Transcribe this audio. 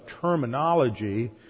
terminology